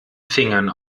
fingern